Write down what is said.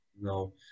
no